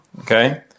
okay